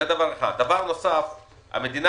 המדינה